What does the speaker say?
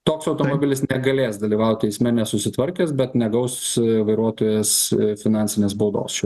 toks automobilis negalės dalyvaut eisme nesusitvarkęs bet negaus vairuotojas finansinės baudos